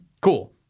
Cool